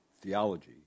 theology